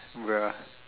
bruh